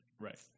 Right